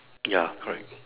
ya correct